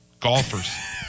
Golfers